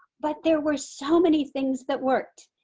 but there were so many things that worked.